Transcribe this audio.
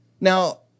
Now